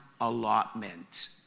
allotment